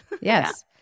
Yes